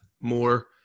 more